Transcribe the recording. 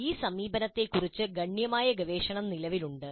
ഈ സമീപനങ്ങളെക്കുറിച്ച് ഗണ്യമായ ഗവേഷണം നിലവിലുണ്ട്